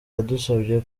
yadusabye